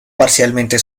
parcialmente